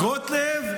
גוטליב,